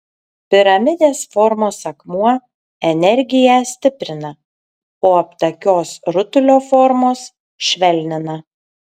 piramidės formos akmuo energiją stiprina o aptakios rutulio formos švelnina